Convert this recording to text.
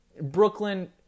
Brooklyn